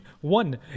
one